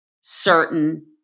certain